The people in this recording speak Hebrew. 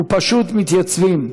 ופשוט מתייצבים,